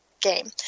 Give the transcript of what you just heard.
game